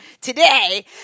Today